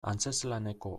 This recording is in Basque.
antzezlaneko